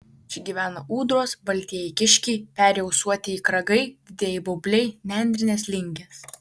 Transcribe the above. čia gyvena ūdros baltieji kiškiai peri ausuotieji kragai didieji baubliai nendrinės lingės